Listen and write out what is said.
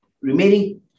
remaining